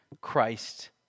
Christ